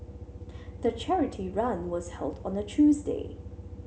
the charity run was held on a Tuesday